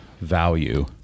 value